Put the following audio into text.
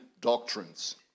doctrines